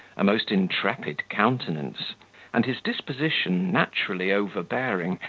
a most intrepid countenance and his disposition, naturally overbearing,